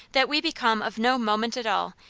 that we become of no moment at all,